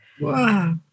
Wow